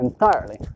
entirely